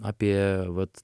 apie vat